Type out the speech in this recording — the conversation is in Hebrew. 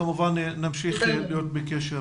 כמובן נמשיך להיות בקשר.